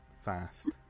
fast